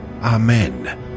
Amen